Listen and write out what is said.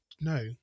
No